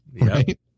right